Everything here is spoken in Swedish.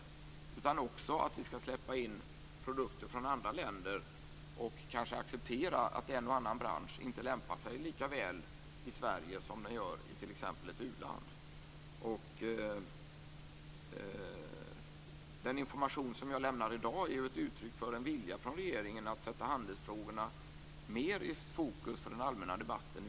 Det innebär också att vi skall släppa in produkter från andra länder och kanske acceptera att en och annan bransch inte lämpar sig lika väl i Sverige som den gör i t.ex. ett u-land. Den information jag lämnar i dag är ju ett uttryck för en vilja från regeringen att sätta handelsfrågorna mer i fokus i den allmänna debatten.